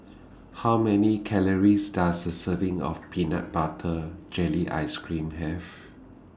How Many Calories Does A Serving of Peanut Butter Jelly Ice Cream Have